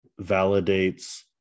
validates